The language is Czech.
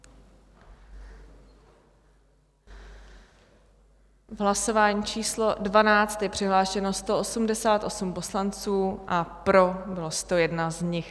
V hlasování číslo 12 je přihlášeno 188 poslanců a pro bylo 101 z nich.